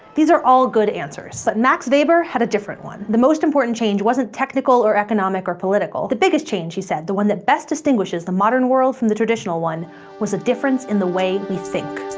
these are all good answers. but max weber had a different one. the most important change wasn't technical, or economic, or political. the biggest change, he said the one that best distinguishes the modern world from the traditional one was a difference in the way we think.